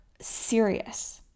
serious